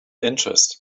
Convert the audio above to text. interest